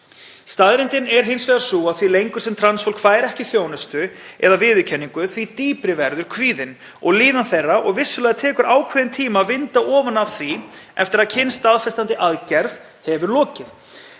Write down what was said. Staðreyndin er hins vegar sú að því lengur sem trans fólk fær ekki þjónustu eða viðurkenningu, þeim mun dýpri verður kvíðinn. Vissulega tekur ákveðinn tíma að vinda ofan af því eftir að kynstaðfestandi aðgerð er lokið.